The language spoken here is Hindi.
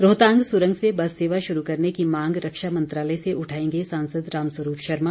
रोहतांग सुरंग से बस सेवा शुरू करने की मांग रक्षा मंत्रालय से उठाएंगे सांसद रामस्वरूप शर्मा